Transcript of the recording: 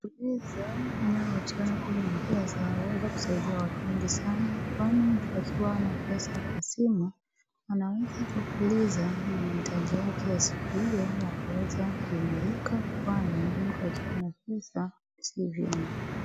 Fuliza inayopatikana kwenye Mpesa huweza kusaidia watu wengi sana, kwani mtu akiwa hana pesa kwa simu anaweza kufuliza na mahitaji yake ya siku hiyo yakaweza kuimarika, kwani mtu akiwa hana pesa si vyema.